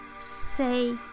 say